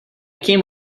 came